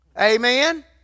Amen